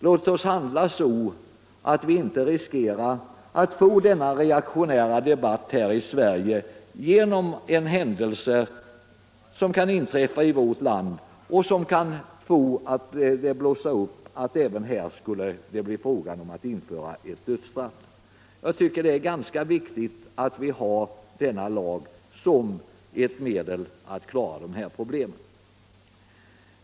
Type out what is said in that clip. Låt oss handla så att vi inte riskerar att det i Sverige inträffar händelser som kan få en debatt att blossa upp om att även här införa dödsstraff. Jag tycker att det är viktigt att vi har terroristlagen som ett medel att klara dessa problem.